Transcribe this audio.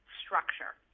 structure